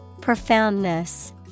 Profoundness